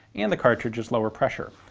and the cartridge is lower pressure,